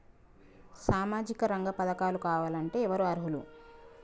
సామాజిక రంగ పథకాలు కావాలంటే ఎవరు అర్హులు?